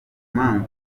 mpamvu